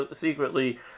secretly